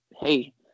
Hey